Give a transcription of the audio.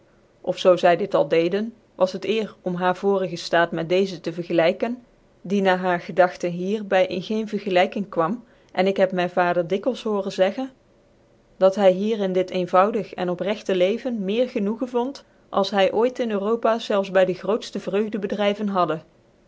zoo zy dit al deeden was het eer om haar voorige ftaat met deeze tc vcrgclvkcn die na haar gedagten hier by in geen vergclyking kwam en ik heb myn vader dikwils horen zeggen dat hy hier in dit eenvoudig en opregtc leven meer genoegen vond als hy ooit in europa zelfs by dc grootftc vrcugdc bcdryvcn hadde